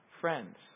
friends